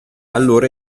allora